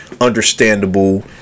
understandable